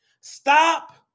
stop